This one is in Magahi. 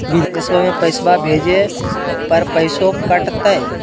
बिदेशवा मे पैसवा भेजे पर पैसों कट तय?